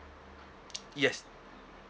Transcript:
yes